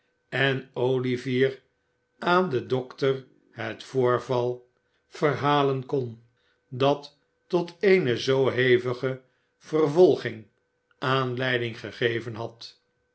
en olivier aan den dokter het voorval verhalen kon dat tot eene zoo hevige vervolging aanleiding gegeven had